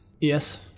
Yes